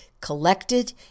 collected